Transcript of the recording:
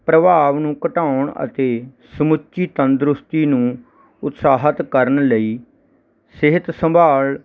ਪ੍ਰਭਾਵ ਨੂੰ ਘਟਾਉਣ ਅਤੇ ਸਮੁੱਚੀ ਤੰਦਰੁਸਤੀ ਨੂੰ ਉਤਸ਼ਾਹਿਤ ਕਰਨ ਲਈ ਸਿਹਤ ਸੰਭਾਲ